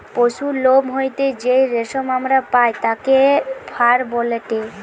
পশুর লোম হইতে যেই রেশম আমরা পাই তাকে ফার বলেটে